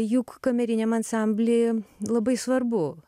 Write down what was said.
juk kameriniam ansambly labai svarbu